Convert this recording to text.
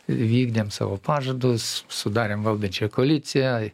vykdėm savo pažadus sudarėm valdančiąją koaliciją